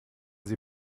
sie